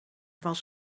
was